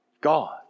God